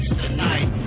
tonight